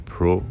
Pro